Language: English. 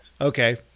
Okay